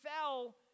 fell